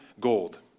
gold